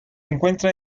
encuentra